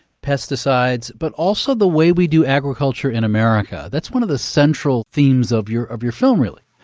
pesticides, but also the way we do agriculture in america. that's one of the central themes of your of your film, really